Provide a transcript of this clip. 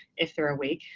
if they're awake,